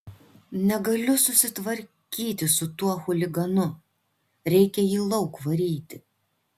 negaliu susitvarkyti su tuo chuliganu reikia jį lauk varyti